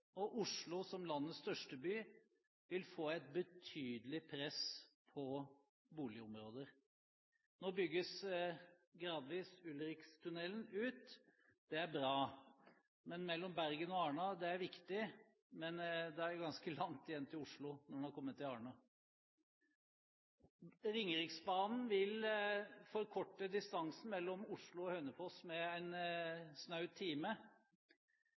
og Oslo, som landets største by, vil få et betydelig press på boligområder. Nå bygges gradvis Ulrikstunnelen ut. Det er bra. Strekningen Bergen–Arna er viktig, men det er ganske langt igjen til Oslo når en har kommet til Arna. Ringeriksbanen vil forkorte distansen mellom Oslo og Hønefoss med en snau time.